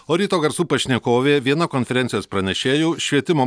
o ryto garsų pašnekovė viena konferencijos pranešėjų švietimo